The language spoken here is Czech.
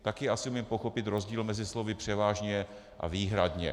Také asi umím pochopit rozdíl mezi slovy převážně a výhradně.